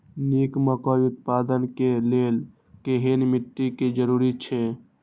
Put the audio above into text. निक मकई उत्पादन के लेल केहेन मिट्टी के जरूरी छे?